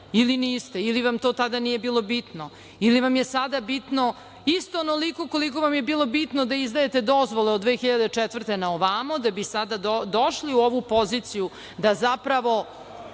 ili niste, ili vam to tada nije bilo bitno? Ili vam je sada bitno isto onoliko koliko vam je bilo bitno da izdajete dozvole od 2004. godine naovamo, da bi sada došli u ovu poziciju da zapravo